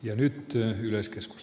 ja nyt työn yleiskeskus